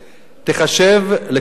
תיחשב לכריתה.